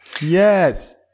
Yes